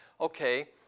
Okay